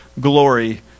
glory